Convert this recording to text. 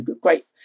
great